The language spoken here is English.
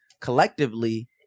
collectively